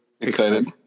excited